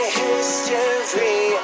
history